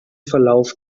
verlauf